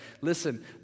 listen